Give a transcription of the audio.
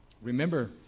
Remember